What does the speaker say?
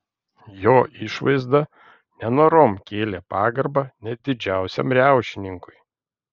jo išvaizda nenorom kėlė pagarbą net didžiausiam riaušininkui